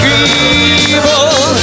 evil